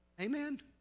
Amen